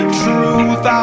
truth